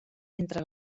entre